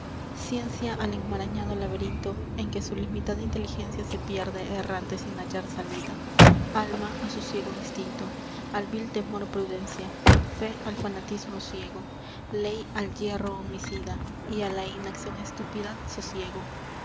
ciencia al enmarañado laberinto en que su limitada inteligencia se pierde errante sin hallar salida alma á su ciego instinto al vil temor prudencia fé al fanatismo ciego ley al hierro homicida y á la inaccion estúpida sosiego